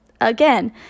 again